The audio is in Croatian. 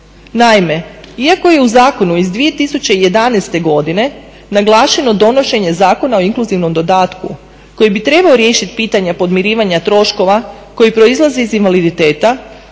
Naime, iako je u Zakonu iz 2011. godine naglašeno donošenje Zakona o inkluzivnom dodatku koji bi trebao riješiti pitanje podmirivanja troškova koji proizlaze iz invaliditeta,